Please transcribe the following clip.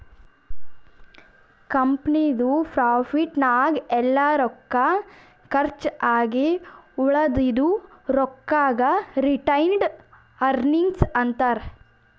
ಕಂಪನಿದು ಪ್ರಾಫಿಟ್ ನಾಗ್ ಎಲ್ಲಾ ರೊಕ್ಕಾ ಕರ್ಚ್ ಆಗಿ ಉಳದಿದು ರೊಕ್ಕಾಗ ರಿಟೈನ್ಡ್ ಅರ್ನಿಂಗ್ಸ್ ಅಂತಾರ